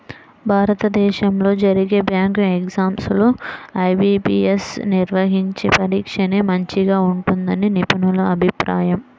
భారతదేశంలో జరిగే bank exams లో ఐ.బీ.పీ.యస్ నిర్వహించే పరీక్షనే మంచిగా ఉంటుందని నిపుణుల అభిప్రాయం